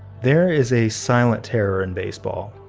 there is a silent terror in baseball,